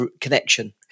connection